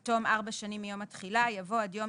"עד תום ארבע שנים מיום התחילה" יבוא "עד יום